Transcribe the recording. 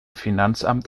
finanzamt